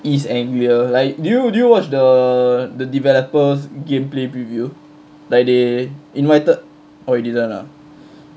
east anglia like do you do you watch the the developers gameplay preview like they invited oh you didn't ah